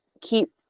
keep